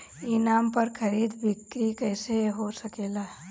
ई नाम पर खरीद बिक्री कैसे हो सकेला?